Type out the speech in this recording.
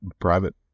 private